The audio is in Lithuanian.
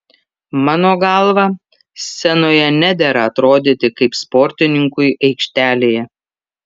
mano galva scenoje nedera atrodyti kaip sportininkui aikštelėje